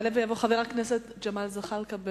יעלה ויבוא חבר הכנסת ג'מאל זחאלקה.